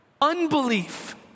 unbelief